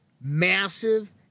massive